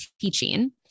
teaching